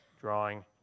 drawing